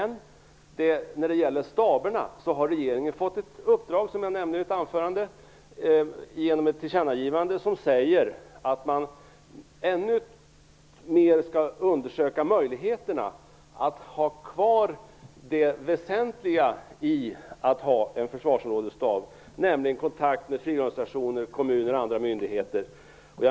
När det gäller staberna har regeringen fått ett uppdrag, som jag nämnde i mitt anförande, genom ett tillkännagivande, som säger att man i ännu större utsträckning skall undersöka myndigheterna att ha kvar det väsentliga i en försvarsområdesstab, nämligen kontakten med frivilligorganisationer, kommuner och andra myndigheter.